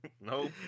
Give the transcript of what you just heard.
Nope